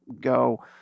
go